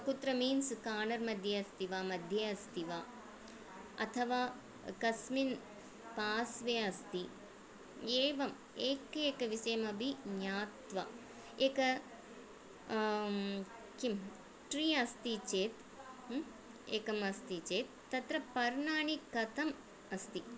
कुत्र मिन्स् कार्णर्मध्ये अस्ति वा मध्ये अस्ति वा अथवा कस्मिन् पार्श्वे अस्ति एवम् एकैकविषयम् अपि ज्ञात्वा एकं किं ट्री अस्ति चेत् एकम् अस्ति चेत् तत्र पर्णानि कथम् अस्ति